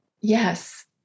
Yes